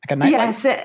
Yes